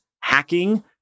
hacking